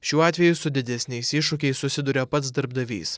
šiuo atveju su didesniais iššūkiais susiduria pats darbdavys